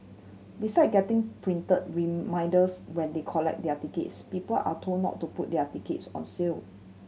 beside getting printed reminders when they collect their tickets people are told not to put their tickets on sale